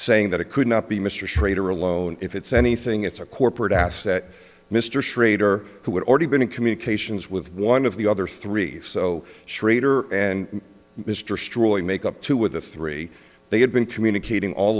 saying that it could not be mr schrader alone if it's anything it's a corporate asset mr schrader who had already been in communications with one of the other three so schrader and mr straw to make up to with the three they had been communicating all